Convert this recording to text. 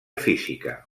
física